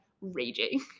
raging